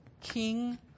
King